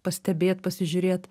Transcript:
pastebėt pasižiūrėt